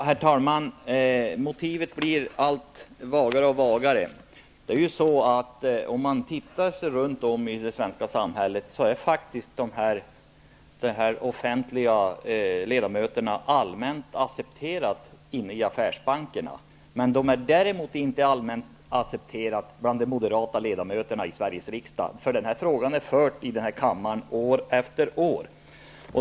Herr talman! Motiven blir allt vagare och vagare. Om man ser sig runt omkring i det svenska samhället är de offentligt utsedda ledamöterna allmänt accepterade inom affärsbankerna, men de är däremot inte allmänt accepterade bland de moderata ledamöterna i Sveriges riksdag. Den här frågan har drivits i kammaren år efter år.